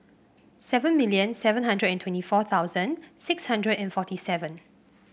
seven million seven hundred and twenty four thousand six hundred and forty seven